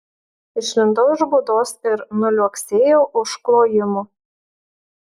išlindau iš būdos ir nuliuoksėjau už klojimo